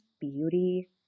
beauty